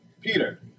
Peter